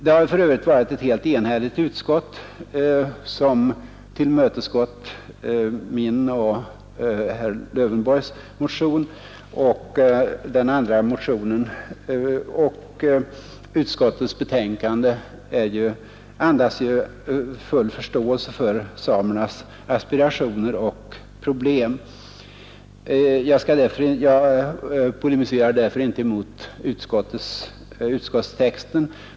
Det har för övrigt varit ett helt enigt utskott som tillmötesgått min och herr Lövenborgs motion och den andra motionen, och utskottets betänkande andas ju full förståelse för samernas aspirationer och problem. Jag polemiserar därför inte mot utskottstexten.